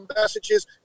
messages